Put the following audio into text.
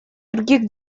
других